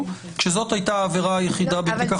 כשזאת הייתה העבירה היחידה בתיק החקירה.